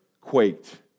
quaked